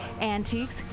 antiques